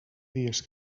dies